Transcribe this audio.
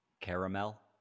Caramel